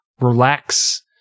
relax